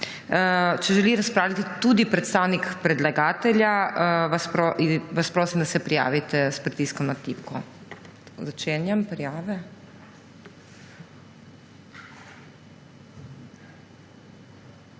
Če želi razpravljati tudi predstavnik predlagatelja, prosim, da se prijavi s pritiskom na tipko. Odpiram prijave.